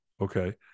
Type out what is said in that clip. okay